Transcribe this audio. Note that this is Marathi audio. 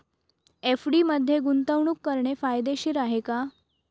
एफ.डी मध्ये गुंतवणूक करणे फायदेशीर आहे का?